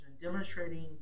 demonstrating